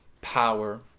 power